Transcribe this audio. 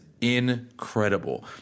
incredible